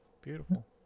Beautiful